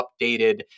updated